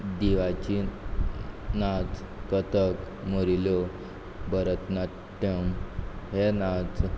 दिव्याची नाच कथक मोरिल्यो भरतनात्यम हे नाच